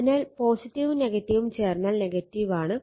അതിനാൽ ഉം ഉം ചേർന്നാൽ ആണ്